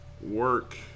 work